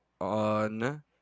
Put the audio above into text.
on –